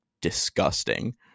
disgusting